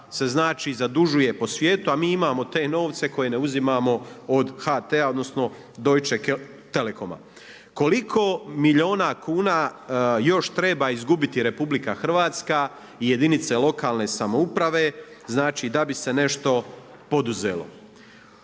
se znači, zadužuje po svijetu a mi imao te novce koje ne uzimamo od HT-a odnosno Deutsche telekoma Koliko milijuna kuna još treba izgubiti RH i jedinice lokalne samouprave da bi se nešto poduzelo?